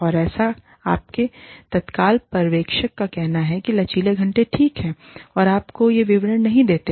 और ऐसा आपके तत्काल पर्यवेक्षक का कहना है कि लचीले घंटे ठीक हैं और आपको ये विवरण नहीं देते हैं